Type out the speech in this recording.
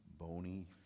bony